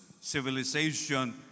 civilization